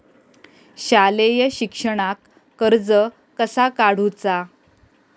शालेय शिक्षणाक कर्ज कसा काढूचा?